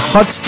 Hot